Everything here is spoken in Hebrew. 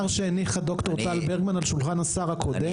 שהניחה ד"ר טל ברמן על שולחן השר הקודם,